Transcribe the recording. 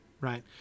right